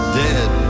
dead